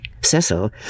Cecil